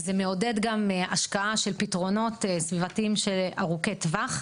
זה מעודד גם השקעה של פתרונות סביבתיים ארוכי טווח.